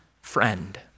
friend